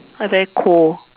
I very cold